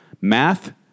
Math